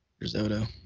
risotto